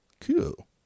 cool